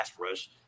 rush